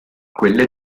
quelle